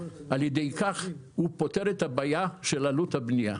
כך הוא פותר את בעיית עלות הבנייה.